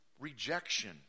rejection